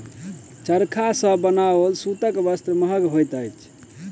चरखा सॅ बनाओल सूतक वस्त्र महग होइत अछि